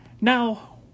Now